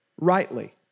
rightly